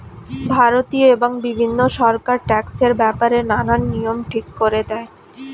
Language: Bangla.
ভারতীয় এবং বিভিন্ন সরকার ট্যাক্সের ব্যাপারে নানান নিয়ম ঠিক করে দেয়